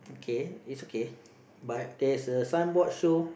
okay it's okay but there's a sign board show